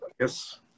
Yes